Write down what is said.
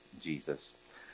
Jesus